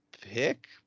pick